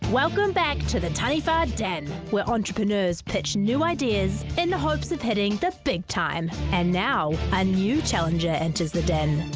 welcome back to the taniwha den, where entrepreneurs pitch new ideas in the hopes of hitting the big time. and now, a new challenger enters the den,